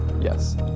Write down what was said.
Yes